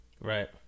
Right